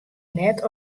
net